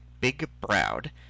big-browed